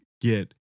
get